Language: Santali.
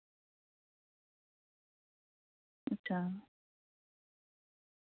ᱟᱪᱪᱷᱟ